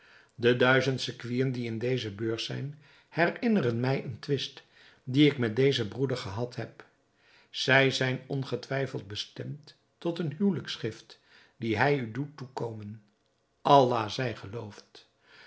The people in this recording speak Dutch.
de duizend sequinen die in deze beurs zijn herinneren mij een twist dien ik met dezen broeder gehad heb zij zijn ongetwijfeld bestemd tot een huwelijksgift die hij u doet toekomen allah zij geloofd